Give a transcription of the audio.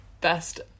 best